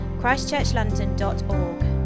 Christchurchlondon.org